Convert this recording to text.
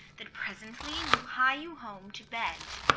that presently you hie you home to bed.